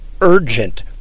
urgent